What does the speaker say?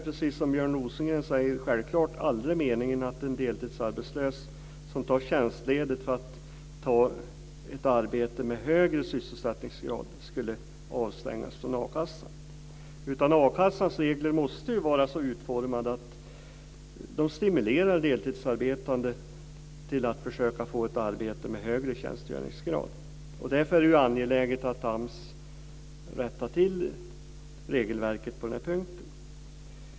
Precis som Björn Rosengren säger var det självklart aldrig meningen att en deltidsarbetslös som tar tjänstledigt för att ta ett arbete med högre sysselsättningsgrad skulle avstängas från akassan. A-kassans regler måste vara så utformade att de stimulerar deltidsarbetande till att försöka få arbete med högre tjänstgöringsgrad. Därför är det angeläget att AMS rättar till regelverket på den punkten.